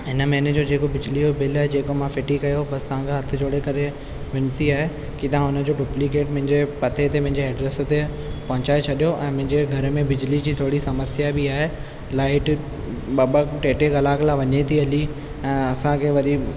हिन महीने जो जेको बिजलीअ जो बिल जेको मां फिटी कयो बसि तव्हांखां हथ जोड़े करे वेनिती आहे त की तव्हां हुन जो डुपलीकेट मुंजे पते ते मुंहिंजे एड्रेस ते पहुचाए छॾियो ऐं मुंहिंजे घर में बिजली जी थोरी समस्या बि आहे लाइट ॿ ॿ टे टे कलाक लाइ वञे थी हली ऐं असांखे वरी